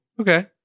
Okay